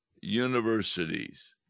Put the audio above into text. universities